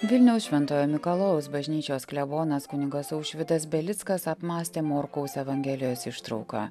vilniaus šventojo mikalojaus bažnyčios klebonas kunigas aušvydas belickas apmąstė morkaus evangelijos ištrauką